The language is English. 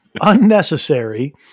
Unnecessary